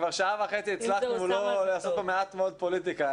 כבר שעה וחצי הצלחנו לעשות כאן מעט מאוד פוליטיקה.